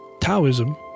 Taoism